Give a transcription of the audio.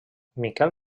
miquel